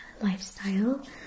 lifestyle